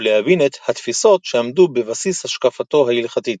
ולהבין את התפיסות שעמדו בבסיס השקפתו ההלכתית.